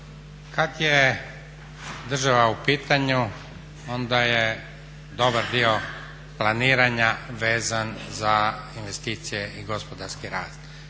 Kad je država u pitanju onda je dobar dio planiranja vezan za investicije i gospodarski rast.